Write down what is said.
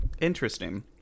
Interesting